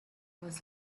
was